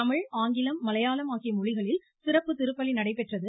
தமிழ் ஆங்கிலம் மலையாளம் ஆகிய மொழிகளில் சிறப்பு திருப்பலி நடைபெற்றது